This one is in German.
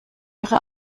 ihre